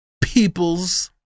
peoples